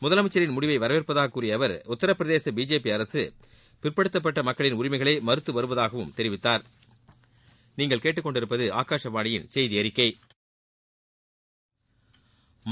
முதலமைச்சின் முடிவை வரவேற்பதாக கூறிய அவர் உத்திரபிரதேச பிஜேபி அரக பிற்படுத்தப்பட்ட மக்களின் உரிமைகளை மறுத்து வருவதாகவும் தெரிவித்துள்ளாா்